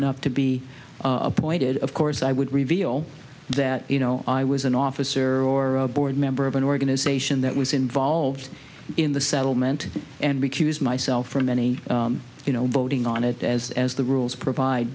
enough to be appointed of course i would reveal that you know i was an officer or a board member of an organization that was involved in the settlement and recuse myself from any you know voting on it as as the rules provide